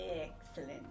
Excellent